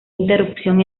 interrupción